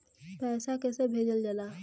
पैसा कैसे भेजल जाला?